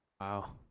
Wow